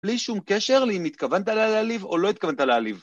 ‫בלי שום קשר לאם התכוונת להעליב ‫או לא התכוונת להעליב.